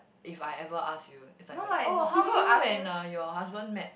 if I ever ask you is like the oh how you and uh your husband met